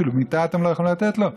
אפילו מיטה אתם לא יכולים לתת לו?